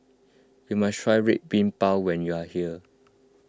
you must try Red Bean Bao when you are here